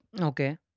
Okay